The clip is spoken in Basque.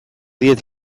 diet